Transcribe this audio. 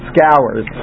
Scours